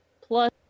plus